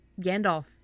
Gandalf